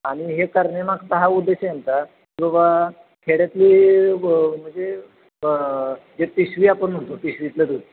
आणि हे करण्यामागचा हा उद्देश आहे आमचा की बाबा खेड्यातली ब म्हणजे जे पिशवी आपण म्हणतो पिशवीतलं दूध